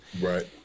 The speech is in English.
right